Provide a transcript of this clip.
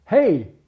Hey